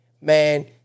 Man